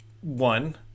One